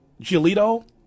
Giolito